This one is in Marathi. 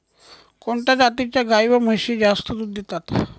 कोणत्या जातीच्या गाई व म्हशी जास्त दूध देतात?